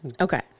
okay